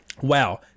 Wow